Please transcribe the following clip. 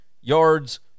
yards